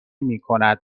میکند